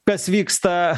kas vyksta